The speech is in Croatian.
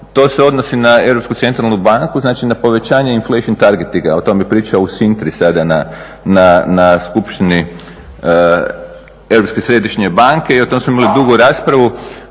to se odnosi na Europsku centralnu banku, znači na povećanje …, o tome priča u … sada na skupštini Europske središnje banke i o tome su imali dugu raspravu.